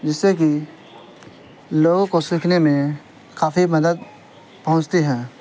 جس سے کہ لوگوں کو سیکھنے میں کافی مدد پہنچتی ہیں